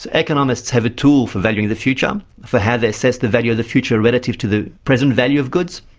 so economists have a tool for valuing the future, for how they assess the value of the future relative to the present value of goods,